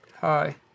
hi